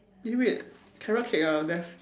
eh wait carrot cake ah there's